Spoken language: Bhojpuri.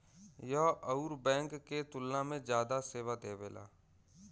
यह अउर बैंक के तुलना में जादा सेवा देवेला